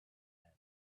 land